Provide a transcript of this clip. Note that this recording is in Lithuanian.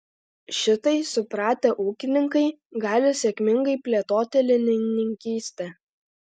šitai supratę ūkininkai gali sėkmingai plėtoti linininkystę